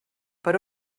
per